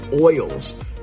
oils